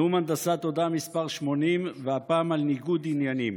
נאום הנדסת תודעה מס' 80, והפעם על ניגוד עניינים.